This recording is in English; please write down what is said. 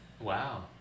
Wow